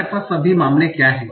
हमारे पास सभी मामले क्या हैं